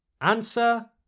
Answer